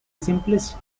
simplest